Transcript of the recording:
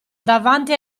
davanti